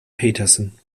petersen